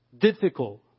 difficult